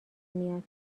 میاد